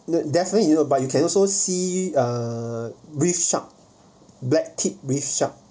def~ definitely but you can also see ah uh reef shark black tipped reef sharks